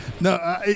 No